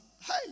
hey